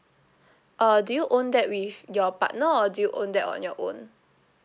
uh do you own that with your partner or do you own that on your own